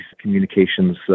communications